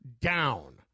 down